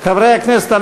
חברי הכנסת,